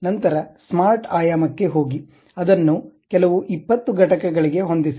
ನಂತರ ಸ್ಮಾರ್ಟ್ ಆಯಾಮಕ್ಕೆ ಹೋಗಿ ಅದನ್ನು ಕೆಲವು 20 ಘಟಕಗಳಿಗೆ ಹೊಂದಿಸಿ